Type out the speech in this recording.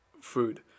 food